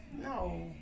no